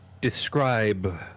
Describe